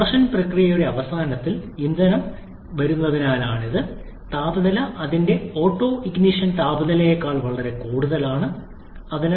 compression പ്രക്രിയയുടെ അവസാനത്തിൽ ഇന്ധനം കുത്തിവയ്ക്കുന്നത് ഇന്ധനം വരുന്നതിനാലാണ് താപനില അതിന്റെ ഓട്ടോണിഷൻ താപനിലയേക്കാൾ കൂടുതലാണ് അതിനാൽ ഇന്ധന ഓട്ടോ കത്തിക്കുന്നു